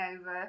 over